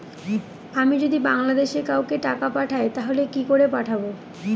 আমি যদি বাংলাদেশে কাউকে টাকা পাঠাই তাহলে কি করে পাঠাবো?